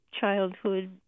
childhood